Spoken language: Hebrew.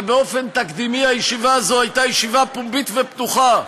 ובאופן תקדימי הישיבה הזאת הייתה ישיבה פומבית ופתוחה,